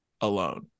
alone